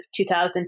2000